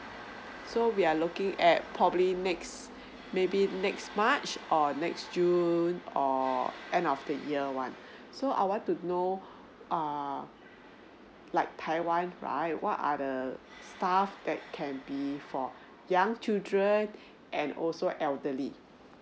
so we are looking at probably next maybe next march or next june or end of the year one so I want to know err like taiwan right what are the stuff that can be for young children and also elderly